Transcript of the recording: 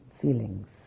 feelings